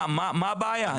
מה הבעיה?